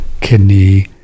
kidney